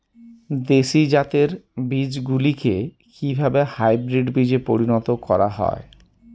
দেশি জাতের বীজগুলিকে কিভাবে হাইব্রিড বীজে পরিণত করা হয়?